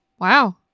Wow